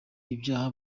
ibyaha